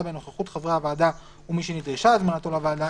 בנוכחות חברי הוועדה ומי שנדרשה הזמנתו לוועדה,